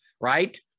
right